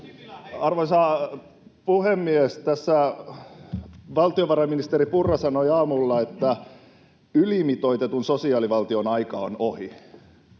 Arvoisa puhemies! Valtiovarainministeri Purra sanoi tässä aamulla, että ylimitoitetun sosiaalivaltion aika on ohi.